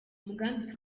umugambi